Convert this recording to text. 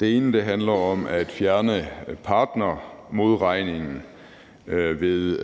Det ene handler om at fjerne partnermodregningen ved